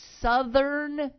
southern